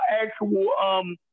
actual